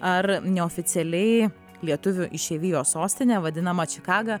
ar neoficialiai lietuvių išeivijos sostine vadinamą čikagą